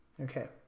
Okay